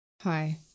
Hi